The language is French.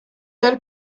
elle